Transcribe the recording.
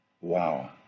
Wow